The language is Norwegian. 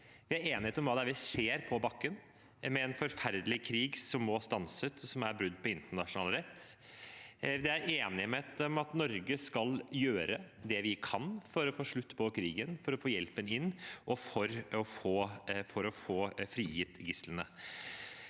Det er enighet om hva vi ser på bakken: en forferdelig krig som må stanses, og som er et brudd på internasjonal rett. Det er enighet om at Norge skal gjøre det vi kan for å få slutt på krigen, for å få hjelpen inn og for å få frigitt gislene.